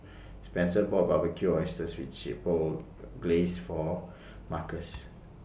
Spencer bought Barbecued Oysters with Chipotle Glaze For Markus